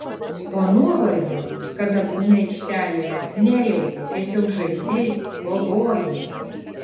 o nuovargio kada būni aikštelėje nejauti tiesiog žaidi kovoji